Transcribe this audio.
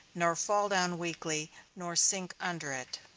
nor fall down weakly, nor sink under it.